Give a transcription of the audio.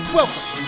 Welcome